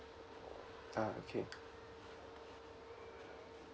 ah okay